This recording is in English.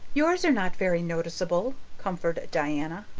yours are not very noticeable, comforted diana.